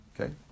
Okay